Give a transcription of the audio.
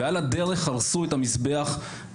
ועל הדרך הרסו את חלק